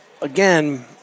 Again